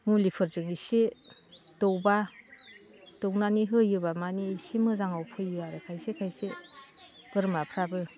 मुलिफोरजों इसे दौबा दौनानै होयोबा माने इसे मोजाङाव फैयो आरो खायसे खायसे बोरमाफ्राबो